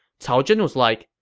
cao zhen was like,